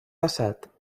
passat